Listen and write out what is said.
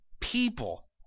people